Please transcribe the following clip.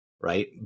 right